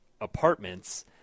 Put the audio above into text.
apartments